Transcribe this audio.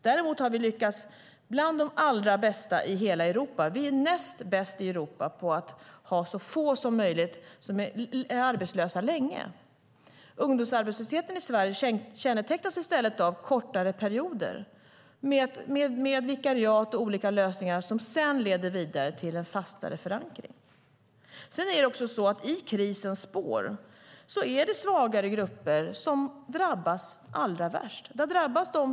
Däremot är vi näst bäst i hela Europa på att ha så få som möjligt som är arbetslösa länge. Ungdomsarbetslösheten i Sverige kännetecknas i stället av kortare perioder med vikariat och olika lösningar som sedan leder vidare till en fastare förankring. I krisens spår är det svagare grupper som drabbas allra värst.